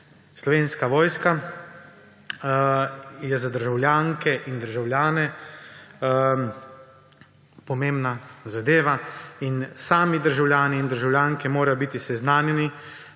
Slovenska vojska je za državljanke in državljane pomembna zadeva in sami državljani in državljanke morajo biti seznanjeni,